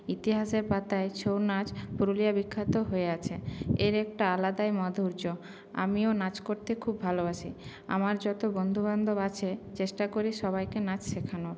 ইতিহাসের পাতায় ছৌ নাচ পুরুলিয়ায় বিখ্যাত হয়ে আছে এর একটা আলাদাই মাধুর্য আমিও নাচ করতে খুব ভালোবাসি আমার যত বন্ধু বান্ধব আছে চেষ্টা করি সবাইকে নাচ শেখানোর